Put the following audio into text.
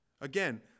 Again